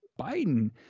Biden